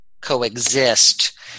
coexist